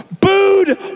booed